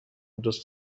دوست